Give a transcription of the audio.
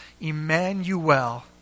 Emmanuel